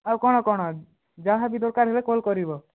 ଆଉ କ'ଣ କ'ଣ ଯାହା ବି ଦରକାର ହେଲେ କଲ୍ କରିବ